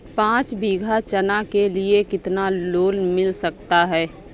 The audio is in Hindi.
पाँच बीघा चना के लिए कितना लोन मिल सकता है?